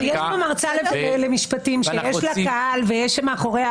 אבל יש כאן מרצה למשפטים שיש לה קהל ויש מאחוריה,